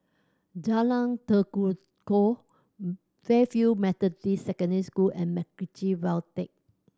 Jalan Tekukor Fairfield Methodist Secondary School and MacRitchie Viaduct